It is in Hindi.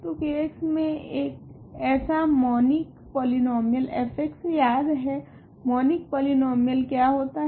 तो K मे एक ऐसा मॉनिक पॉलीनोमीयल f याद है मॉनिक पॉलीनोमीयल क्या होता है